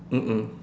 mm mm